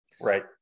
Right